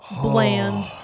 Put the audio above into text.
bland